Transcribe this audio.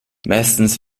meistens